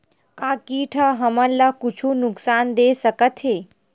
का कीट ह हमन ला कुछु नुकसान दे सकत हे?